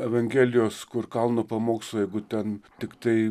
evangelijos kur kalno pamokslai jeigu ten tiktai